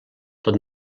tot